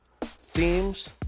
themes